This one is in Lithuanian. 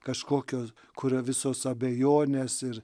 kažkokios kurio visos abejonės ir